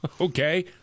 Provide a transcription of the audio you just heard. Okay